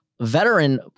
veteran